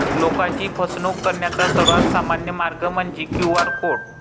लोकांची फसवणूक करण्याचा सर्वात सामान्य मार्ग म्हणजे क्यू.आर कोड